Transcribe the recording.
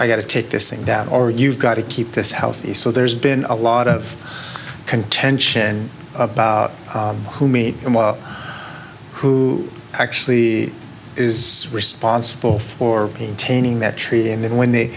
i got to take this thing down or you've got to keep this healthy so there's been a lot of contention about who made and who actually is responsible for maintaining that tree and then when they